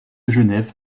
genève